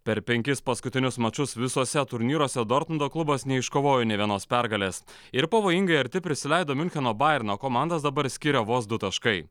per penkis paskutinius mačus visuose turnyruose dortmundo klubas neiškovojo nė vienos pergalės ir pavojingai arti prisileido miuncheno bajerno komandos dabar skiria vos du taškai